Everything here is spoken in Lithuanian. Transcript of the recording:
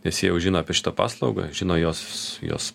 nes jie jau žino apie šitą paslaugą žino jos jos